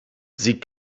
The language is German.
sie